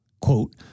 quote